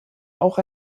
auch